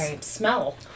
smell